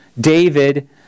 David